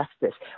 justice